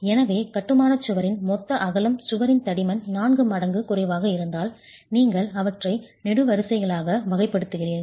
எனவே கட்டுமான சுவரின் மொத்த அகலம் சுவரின் தடிமன் 4 மடங்கு குறைவாக இருந்தால் நீங்கள் அவற்றை நெடுவரிசைகளாக வகைப்படுத்துகிறீர்கள்